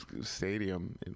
stadium